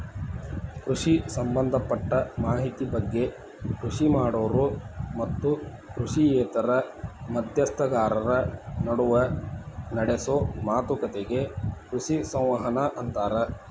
ಕೃಷಿ ಸಂಭದಪಟ್ಟ ಮಾಹಿತಿ ಬಗ್ಗೆ ಕೃಷಿ ಮಾಡೋರು ಮತ್ತು ಕೃಷಿಯೇತರ ಮಧ್ಯಸ್ಥಗಾರರ ನಡುವ ನಡೆಸೋ ಮಾತುಕತಿಗೆ ಕೃಷಿ ಸಂವಹನ ಅಂತಾರ